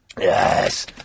Yes